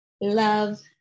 love